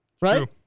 Right